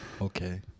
Okay